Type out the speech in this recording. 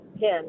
ten